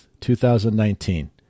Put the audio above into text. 2019